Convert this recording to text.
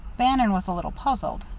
bannon was a little puzzled.